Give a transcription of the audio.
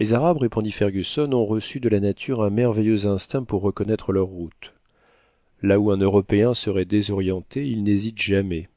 les arabes répondit fergusson ont reçu de la nature un merveilleux instinct pour reconnaître leur route là où un européen serait désorienté ils n'hésitent jamais